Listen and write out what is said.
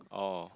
oh